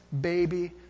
baby